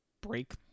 break